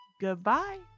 Goodbye